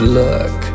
luck